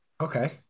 Okay